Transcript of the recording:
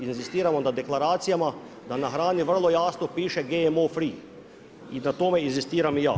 Inzistiramo da deklaracijama da na hrani vrlo jasno piše GMO free i na tome inzistiram i ja.